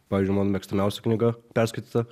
pavyzdžiui mano mėgstamiausia knyga perskaityta